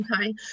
Okay